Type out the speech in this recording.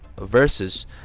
versus